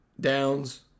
Downs